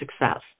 success